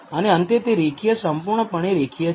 અને અંતે તે રેખીય સંપૂર્ણપણે રેખીય છે